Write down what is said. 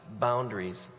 boundaries